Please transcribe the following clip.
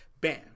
Bam